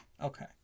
Okay